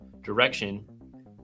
direction